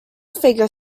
figure